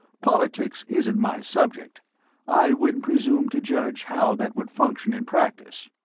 politics isn't my subject i wouldn't presume to judge how that would function in practice.